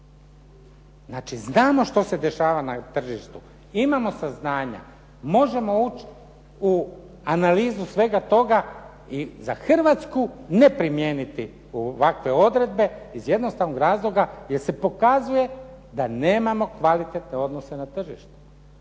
Znači znamo što se dešava na tržištu, imamo saznanja, možemo ući u analizu svega toga i za Hrvatsku ne primijeniti u ovakve odredbe iz jednostavnog razloga, jer se pokazuje da nemamo kvalitetne odnose na tržištu